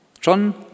Schon